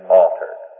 altered